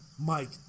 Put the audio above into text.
mike